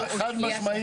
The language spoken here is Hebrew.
להבדל.